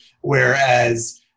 Whereas